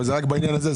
אבל זה רק בעניין הזה,